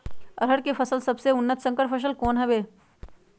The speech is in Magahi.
अरहर के सबसे उन्नत संकर फसल कौन हव?